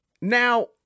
Now